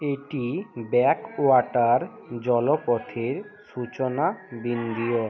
এটি ব্যাকওয়াটার জলপথের সূচনা বিন্দিও